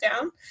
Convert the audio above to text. down